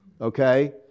Okay